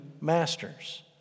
masters